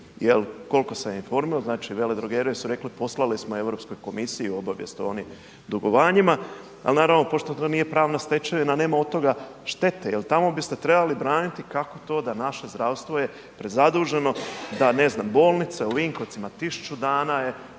Jer koliko sam informiran, znači veledrogerije su rekle poslale smo Europskoj komisiji obavijest o onim dugovanjima ali naravno pošto to nije pravna stečevina a nema od toga štete, jer tamo biste trebali braniti kako to da naše zdravstvo je prezaduženo, da ne znam bolnice u Vinkovcima 1000 dana je